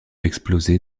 exploser